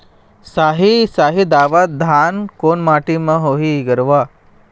साही शाही दावत धान कोन माटी म होही गरवा?